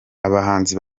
abahanzi